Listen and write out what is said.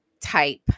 type